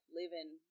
living